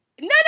No